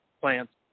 plants